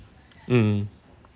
mm